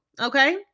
Okay